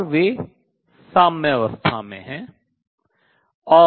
और वे साम्यावस्था में हैं